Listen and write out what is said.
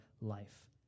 life